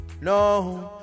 No